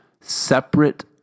separate